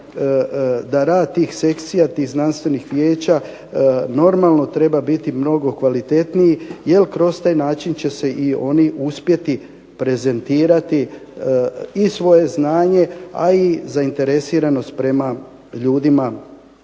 da rad tih sekcija, tih znanstvenih vijeća normalno treba biti mnogo kvalitetniji jer kroz taj način će se i oni uspjeti prezentirati i svoje znanje, a i zainteresiranost prema ljudima,